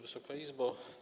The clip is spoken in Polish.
Wysoka Izbo!